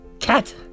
cat